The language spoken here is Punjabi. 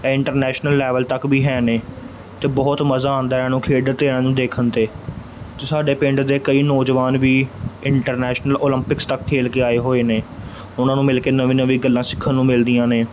ਇੰਟਰਨੈਸ਼ਨਲ ਲੈਵਲ ਤੱਕ ਵੀ ਹੈ ਨੇ ਅਤੇ ਬਹੁਤ ਮਜ਼ਾ ਆਉਂਦਾ ਇਹਨਾਂ ਨੂੰ ਖੇਡਣ 'ਤੇੇ ਇਹਨਾਂ ਨੂੰ ਦੇਖਣ 'ਤੇ ਅਤੇ ਸਾਡੇ ਪਿੰਡ ਦੇ ਕਈ ਨੌਜਵਾਨ ਵੀ ਇੰਟਰਨੈਸ਼ਨਲ ਓਲੰਪਿਕਸ ਤੱਕ ਖੇਲ ਕੇ ਆਏ ਹੋਏ ਨੇ ਉਹਨਾਂ ਨੂੰ ਮਿਲ ਕੇ ਨਵੀਂ ਨਵੀਂ ਗੱਲਾਂ ਸਿੱਖਣ ਨੂੰ ਮਿਲਦੀਆਂ ਨੇ